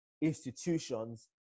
institutions